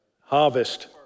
Harvest